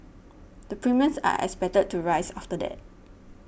the premiums are expected to rise after that